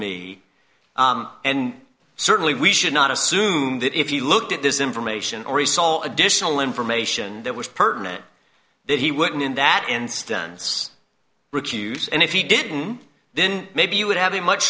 me and certainly we should not assume that if you looked at this information or he saw additional information that was pertinent that he wouldn't in that instance recuse and if you didn't then maybe you would have a much